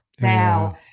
now